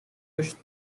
pushed